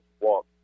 Walk